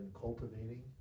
cultivating